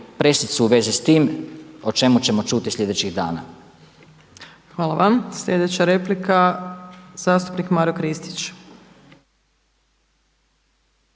pressicu u vezi s time o čemu ćemo čuti sljedećih dana. **Opačić, Milanka (SDP)** Hvala vam. Sljedeća replika zastupnik Maro Kristić.